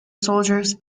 soldiers